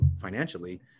financially